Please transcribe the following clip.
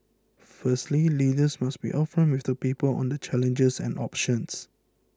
firstly leaders must be upfront with the people on the challenges and options